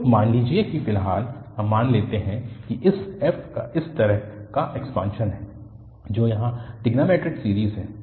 तो मान लीजिए कि फिलहाल हम मान लेते हैं कि इस f का इस तरह का एक्सपान्शन है जो यहाँ ट्रिग्नोंमैट्रिक सीरीज़ है